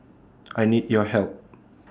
I need your help